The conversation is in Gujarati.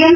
એમ